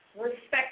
respect